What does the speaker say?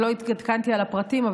ועוד לא התעדכנתי בפרטים,